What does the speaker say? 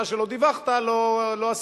מה שלא דיווחת לא עשית,